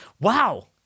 wow